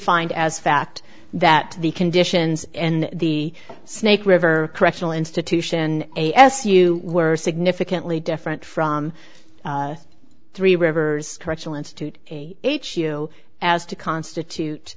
find as fact that the conditions and the snake river correctional institution a s u were significantly different from three rivers correctional institute a h u as to constitute